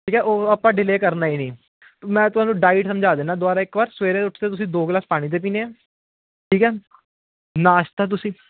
ਠੀਕ ਹੈ ਉਹ ਆਪਾਂ ਡਿਲੇ ਕਰਨਾ ਹੀ ਨਹੀਂ ਮੈਂ ਤੁਹਾਨੂੰ ਡਾਇਟ ਸਮਝਾ ਦਿੰਦਾਂ ਦੁਬਾਰਾ ਇੱਕ ਵਾਰ ਸਵੇਰੇ ਉੱਠ ਕੇ ਤੁਸੀਂ ਦੋ ਗਿਲਾਸ ਪਾਣੀ ਦੇ ਪੀਣੇ ਆ ਠੀਕ ਆ ਨਾਸ਼ਤਾ ਤੁਸੀਂ